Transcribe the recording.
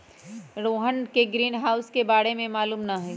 रोहन के ग्रीनहाउस के बारे में मालूम न हई